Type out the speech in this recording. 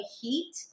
heat